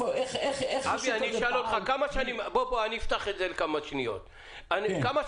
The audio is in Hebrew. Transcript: אבי, כמה שנים אתה בתחום?